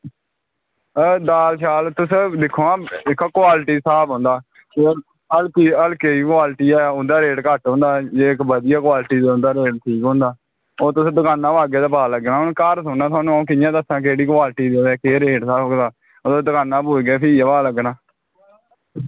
ते ओह् दाल दि्क्खो आं क्वालिटी दा स्हाब होंदा हल्के दी बी क्वालिटी ऐ उंदा रेट घट्ट होंदा इक्क बधिया क्वालिटी ऐ उंदा रेट दूआ होंदा ते आओ ते दस्सना हून अंऊ तुसेंगी घर कियां क्वालिटी ऐ केह् रेट स्हाब दा ओह् दुकानै र पुज्जगे ते फ्ही गै पता लग्गना